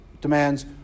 demands